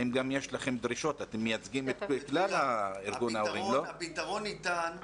אתם מייצגים את כלל ארגון ההורים, לא?